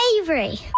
Avery